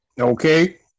Okay